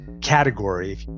category